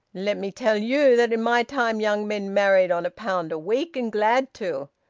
let me tell you that in my time young men married on a pound a week, and glad to!